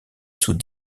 sous